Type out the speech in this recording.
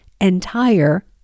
entire